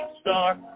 star